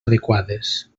adequades